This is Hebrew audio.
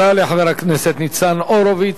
תודה לחבר הכנסת ניצן הורוביץ.